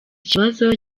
kibazo